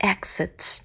Exits